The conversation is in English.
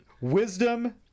Wisdom